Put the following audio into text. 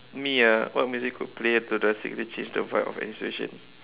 me ah what music could play to drastically change the vibe of any situation